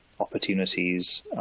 opportunities